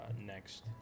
next